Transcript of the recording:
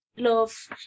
Love